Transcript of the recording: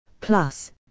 Plus